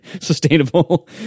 sustainable